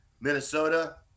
Minnesota